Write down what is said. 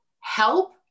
help